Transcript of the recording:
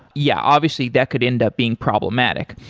yeah, obviously that could end up being problematic.